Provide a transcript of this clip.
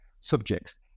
subjects